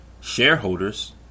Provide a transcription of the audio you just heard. Shareholders